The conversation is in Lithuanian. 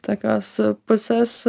tokios pusės